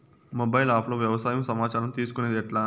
Mobile app లో వ్యవసాయ సమాచారం తీసుకొనేది ఎట్లా?